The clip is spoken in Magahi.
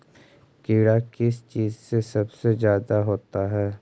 कीड़ा किस चीज से सबसे ज्यादा होता है?